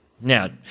Now